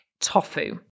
Tofu